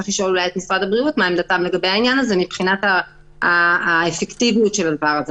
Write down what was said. צריך לשאול את משרד הבריאות מה עמדתם מבחינת האפקטיביות של הדבר הזה.